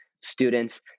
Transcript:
students